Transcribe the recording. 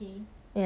orh